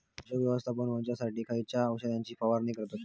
पोषक व्यवस्थापन होऊच्यासाठी खयच्या औषधाची फवारणी करतत?